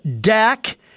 Dak